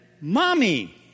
Mommy